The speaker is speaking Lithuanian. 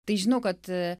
tai žinau kad